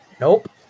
Nope